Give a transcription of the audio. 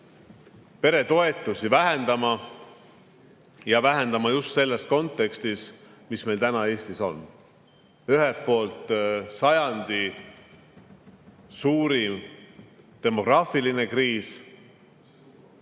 peretoetusi vähendama, ja vähendama just selles kontekstis, mis meil täna Eestis on: ühelt poolt sajandi suurim demograafiline kriis